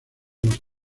los